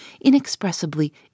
inexpressibly